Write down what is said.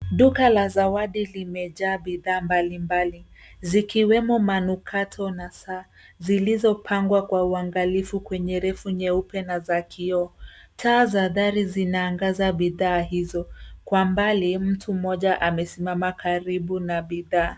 Duka la zawadi imejaa bidhaa mbalimbali zikiwemo manukato na saa, zilizopangwa kwa uangalifu kwenye rafu nyeupe na za kioo. Taa za dari zinaangaza bidhaa hizo. Kwa mbali mtu mmoja amesimama karibu na bidhaa.